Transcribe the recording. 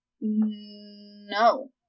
No